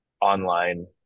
online